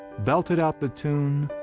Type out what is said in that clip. belted out the tune,